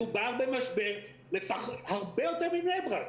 מדובר במשבר הרבה יותר מבני ברק.